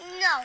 No